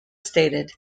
stated